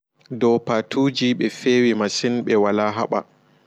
Dow paatuji ɓe feewi masin ɓe wala haɓa.